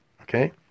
Okay